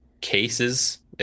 cases